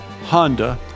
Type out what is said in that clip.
Honda